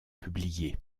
publiés